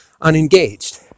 unengaged